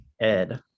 Ed